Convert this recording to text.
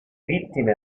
vittime